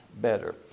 better